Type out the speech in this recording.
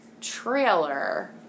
trailer